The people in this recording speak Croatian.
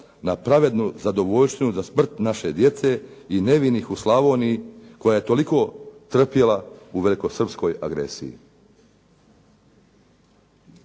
na pravednu zadovoljštinu da smrt naše djece i nevinih u Slavoniji koja je toliko trpjela u velikosrpskoj agresiji.